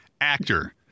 actor